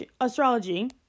astrology